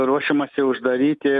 ruošiamasi uždaryti